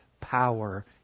power